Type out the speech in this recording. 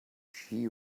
she